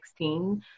2016